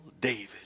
David